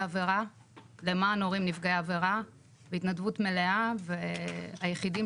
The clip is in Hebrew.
עבירה למען הורים נפגעי עבירה בהתנדבות מלאה והיחידים